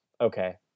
okay